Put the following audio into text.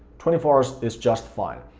twenty four hours is just fine.